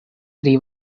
tri